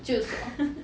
就是说